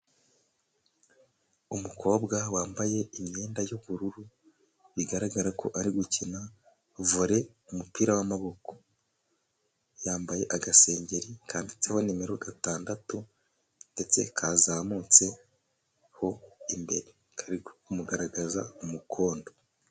Umukobwa wambaye imyenda y'ubururu, bigaragara ko ari gukina vole, umupira w'amaboko. Yambaye agasengeri kanditseho nimero gatandatu, ndetse kazamutseho imbere, kari kumugaragaza umukondo.